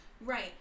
Right